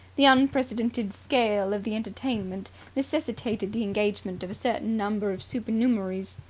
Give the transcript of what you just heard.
the unprecedented scale of the entertainment necessitated the engagement of a certain number of supernumeraries,